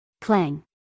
Clang